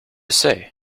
say